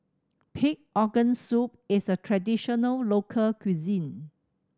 pig organ soup is a traditional local cuisine